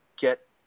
get